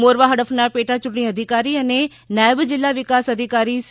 મોરવા હડફના પેટા ચૂંટણી અધિકારી અને નાયબ જિલ્લા વિકાસ અધિકારી સી